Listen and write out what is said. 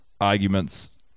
arguments